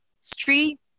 street